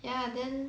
ya then